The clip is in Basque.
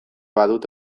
badut